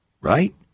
right